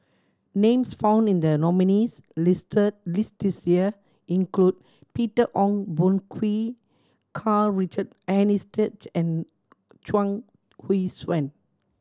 names found in the nominees' listed list this year include Peter Ong Boon Kwee Karl Richard Hanitsch and Chuang Hui Tsuan